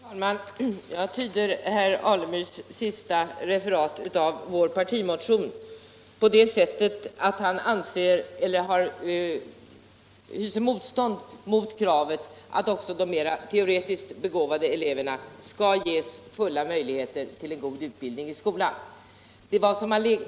Nr 134 Herr talman! Jag tyder herr Alemyrs senaste referat av vår partimotion Fredagen den på det sättet, att han hyser motvilja mot kravet att också de mer teoretiskt 21 maj 1976 begåvade eleverna skall ges full möjlighet till en god utbildning i skolan.